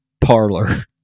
parlor